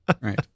Right